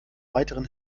weiteren